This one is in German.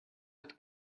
hat